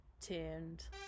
Tuned